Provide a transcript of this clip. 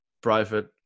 private